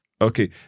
Okay